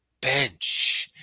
bench